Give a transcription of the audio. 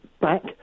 back